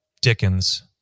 dickens